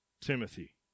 Timothy